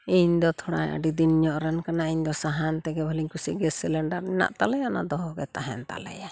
ᱤᱧᱫᱚ ᱛᱷᱚᱲᱟ ᱟᱹᱰᱤ ᱫᱤᱱ ᱧᱚᱜ ᱨᱮᱱ ᱠᱟᱱᱟᱭᱤᱧ ᱤᱧᱫᱚ ᱥᱟᱦᱟᱱ ᱛᱮᱜᱮ ᱵᱷᱟᱞᱤᱧ ᱠᱩᱥᱤᱜ ᱜᱮᱭᱟ ᱜᱮᱥ ᱥᱤᱞᱤᱱᱰᱟᱨ ᱢᱮᱱᱟᱜ ᱛᱟᱞᱮᱭᱟ ᱚᱱᱟ ᱫᱚᱦᱚᱜᱮ ᱛᱟᱦᱮᱱ ᱛᱟᱞᱮᱭᱟ